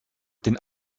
den